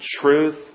truth